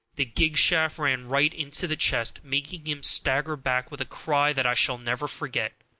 the gig shaft ran right into the chest, making him stagger back with a cry that i shall never forget.